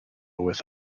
with